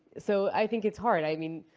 so i think it's hard. i mean,